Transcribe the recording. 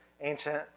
ancient